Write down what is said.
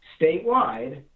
statewide